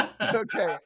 Okay